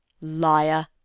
Liar